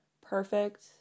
perfect